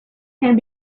can